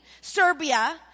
Serbia